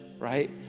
Right